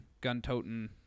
gun-toting